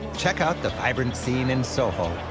checkout the vibrant scene in soho.